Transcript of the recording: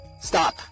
Stop